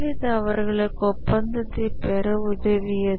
இது அவர்களுக்கு ஒப்பந்தத்தைப் பெற உதவியது